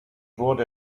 wurde